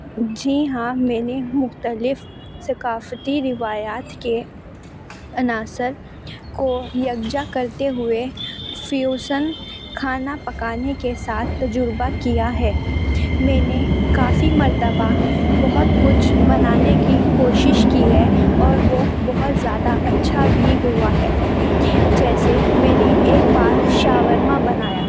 جی ہاں میں نے مختلف ثقافتی روایات کے عناصر کو یکجا کرتے ہوئے فیوسن کھانا پکانے کے ساتھ تجربہ کیا ہے میں نے کافی مرتبہ بہت کچھ بنانے کی کوشش کی ہے اور وہ بہت زیادہ اچھا بھی ہوا ہے جیسے میں نے ایک بار شاورما بنایا